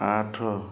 ଆଠ